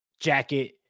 jacket